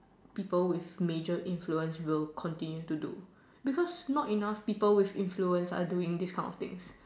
people with major influence will continue to do because not enough people with influence are doing this kind of things